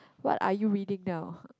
what are you reading now